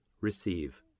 Receive